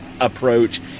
approach